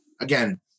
again